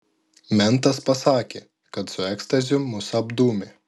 mentas pasakė kad su ekstazių mus apdūmė